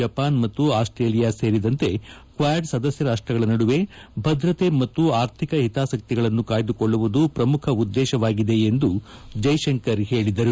Japan ಮತ್ತು Australia ಸೇರಿದಂತೆ Quad ಸದಸ್ಯ ರಾಷ್ಟಗಳ ನಡುವೆ ಭದ್ರತೆ ಮತ್ತು ಆರ್ಥಿಕ ಹಿತಾಸಕ್ತಿಗಳನ್ನು ಕಾಯ್ದುಕೊಳ್ಳುವುದು ಪ್ರಮುಖ ಉದ್ದೇಶವಾಗಿದೆ ಎಂದು ಜಯಶಂಕರ್ ಹೇಳಿದರು